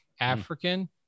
african